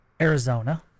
Arizona